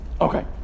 okay